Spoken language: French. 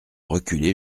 reculer